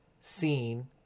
seen